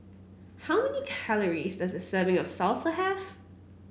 how many calories does a serving of salsa have